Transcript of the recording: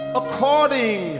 according